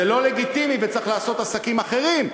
לא לגיטימי וצריך לעשות עסקים אחרים,